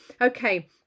Okay